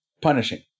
punishing